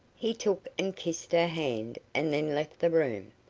he took and kissed her hand, and then left the room.